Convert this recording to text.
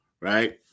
Right